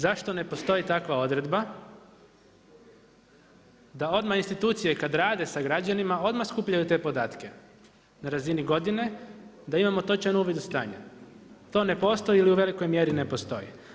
Zašto ne postoji takva odredba da odmah institucije kada rade sa građanima odmah skupljaju te podatke na razini godine da imamo točan uvid u stanje, to ne postoji ili u velikoj mjeri ne postoji.